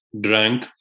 drank